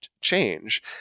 change